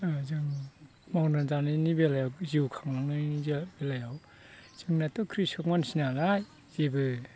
जों मावनानै जानायनि बेलायाव जिउ खांनायनि बेलायाव जोंनाथ' क्रिस'क मानसि नालाय जेबो